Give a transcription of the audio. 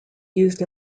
used